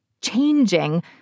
Changing